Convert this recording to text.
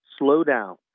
slowdown